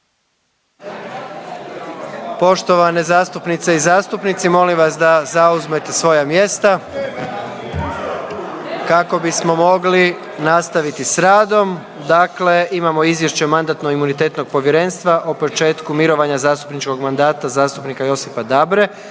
Poštovane zastupnice i zastupnici, molim vas da zauzmete svoja mjesta kako bismo mogli nastaviti s radom. Dakle imamo izvješće Mandatno-imunitetnog povjerenstva o početku mirovanja zastupničko mandata zastupnika Josipa Dabre